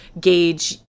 gauge